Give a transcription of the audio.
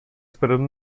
esperando